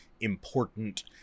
important